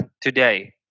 today